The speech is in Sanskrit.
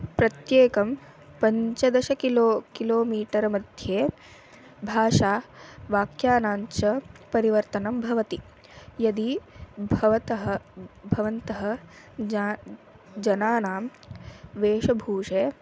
प्रत्येकं पञ्चदश किलो किलोमीटर् मध्ये भाषायाः वाक्यानां च परिवर्तनं भवति यदि भवन्तः भवन्तः जा जनानां वेषभूषे